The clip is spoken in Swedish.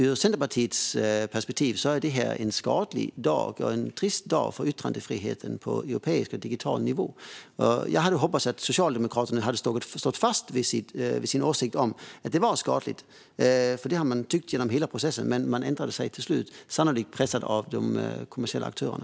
Ur Centerpartiets perspektiv är detta en trist dag för yttrandefriheten på europeisk och digital nivå. Jag hade hoppats att Socialdemokraterna skulle stå fast vid sin åsikt att detta är skadligt. Det har de nämligen tyckt genom hela processen, men de ändrade sig till slut - sannolikt pressade av de kommersiella aktörerna.